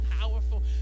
powerful